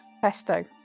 pesto